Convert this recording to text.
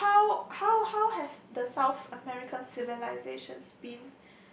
oh how how how has the South American civilisations been